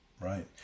right